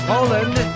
Poland